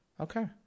okay